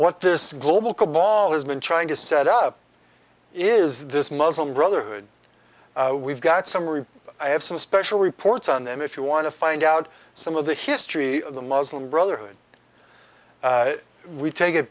what this global cobol has been trying to set up is this muslim brotherhood we've got summary i have some special reports on them if you want to find out some of the history of the muslim brotherhood we take it